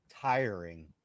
Tiring